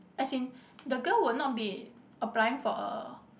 as in the girl will not be applying for a